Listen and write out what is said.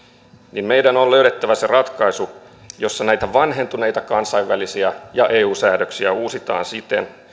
niin meidän on löydettävä se ratkaisu jossa näitä vanhentuneita kansainvälisiä ja eu säädöksiä uusitaan siten